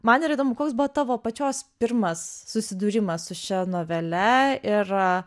man yra įdomu koks buvo tavo pačios pirmas susidūrimas su šia novele ir